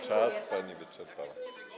Czas pani wyczerpała.